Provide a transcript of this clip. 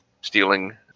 stealing